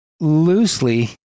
loosely